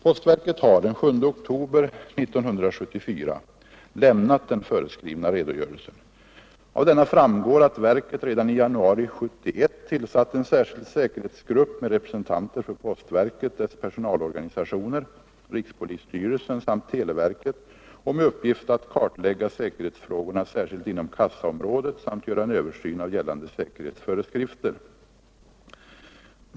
Postverket har den 7 oktober 1974 lämnat den föreskrivna redogörelsen. Av denna framgår att verket redan i januari 1971 tillsatt en särskild säkerhetsgrupp med representanter för postverket, dess personalorganisationer, rikspolisstyrelsen samt televerket och med uppgift att kartlägga säkerhetsfrågorna särskilt inom kassaområdet samt göra en översyn av gällande säkerhetsföreskrifter.